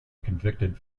convicted